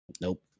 Nope